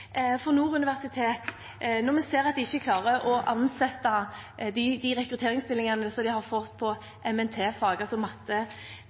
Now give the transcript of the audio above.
for Nord universitet når vi ser at de ikke klarer å ansette i de rekrutteringsstillingene de har fått på MNT-fag, altså matte,